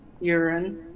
urine